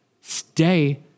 stay